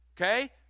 Okay